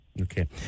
okay